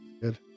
good